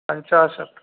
पञ्चाशत्